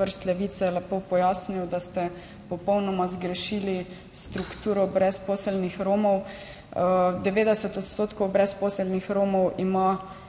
vrst Levice lepo pojasnil, da ste popolnoma zgrešili strukturo brezposelnih Romov. 90 % brezposelnih Romov ima